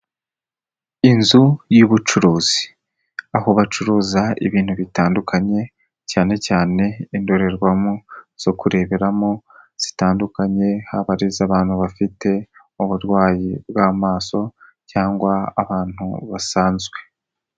Inzu y'ubucuruzi aho bacuruza ibintu bitandukanye, cyane cyane indorerwamo zo kureberamo zitandukanye, haba ari iz'abantu bafite uburwayi bw'amaso cyangwa ahantu basanzwe.